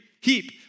heap